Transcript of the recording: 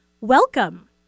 welcome